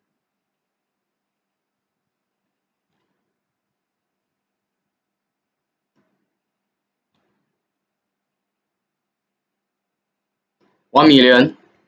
one million